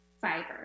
fiber